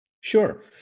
sure